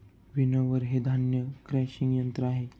winnower हे धान्य crushing यंत्र आहे